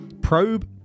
probe